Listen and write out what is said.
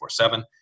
24-7